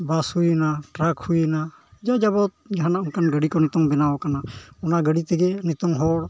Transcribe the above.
ᱵᱟᱥ ᱦᱩᱭᱱᱟ ᱴᱨᱟᱠ ᱦᱩᱭᱱᱟ ᱡᱟ ᱡᱟᱵᱚᱛ ᱡᱟᱦᱟᱱᱟᱜ ᱚᱱᱠᱟᱱ ᱜᱟᱹᱰᱤ ᱠᱚ ᱱᱤᱛᱚᱝ ᱵᱮᱱᱟᱣ ᱟᱠᱟᱱᱟ ᱚᱱᱟ ᱜᱟᱹᱰᱤ ᱛᱮᱜᱮ ᱱᱤᱛᱚᱝ ᱦᱚᱲ